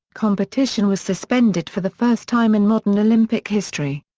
competition was suspended for the first time in modern olympic history.